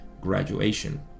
graduation